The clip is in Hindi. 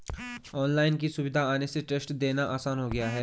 ऑनलाइन की सुविधा आने से टेस्ट देना आसान हो गया है